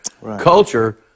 culture